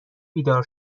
بیدار